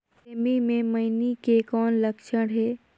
सेमी मे मईनी के कौन लक्षण हे?